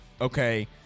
okay